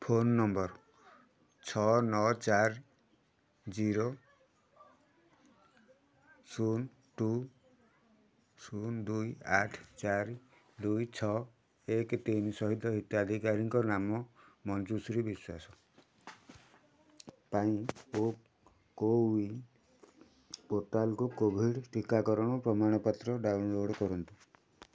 phone number ଛଅ ନଅ ଚାରି ଜିରୋ ଶୂନ ଟୁ ଶୂନ ଦୁଇ ଆଠ ଚାରି ଦୁଇ ଛଅ ଏକ ତିନି ସହିତ ହିତାଧିକାରୀ ନାମ ମଞ୍ଜୁଶ୍ରୀ ବିଶ୍ୱାସ ପାଇଁ କୋୱିନ୍ ପୋର୍ଟାଲ୍ରୁ କୋଭିଡ଼୍ ଟିକାକରଣ ପ୍ରମାଣପତ୍ର ଡାଉନଲୋଡ଼୍ କରନ୍ତୁ